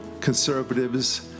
conservatives